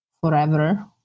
forever